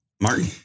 Martin